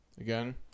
Again